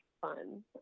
fun